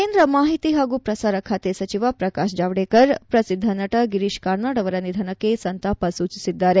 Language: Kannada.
ಕೇಂದ್ರ ಮಾಹಿತಿ ಹಾಗೂ ಪ್ರಸಾರ ಖಾತೆ ಸಚಿವ ಪ್ರಕಾಶ್ ಜಾವಡೇಕರ್ ಪ್ರಸಿದ್ದ ನಟ ಗಿರೀಶ್ ಕಾರ್ನಾಡ್ ಅವರ ನಿಧನಕ್ಕೆ ಸಂತಾಪ ಸೂಚಿಸಿದ್ದಾರೆ